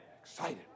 Excited